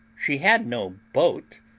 she had no boat,